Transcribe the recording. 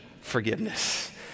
forgiveness